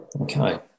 Okay